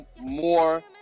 More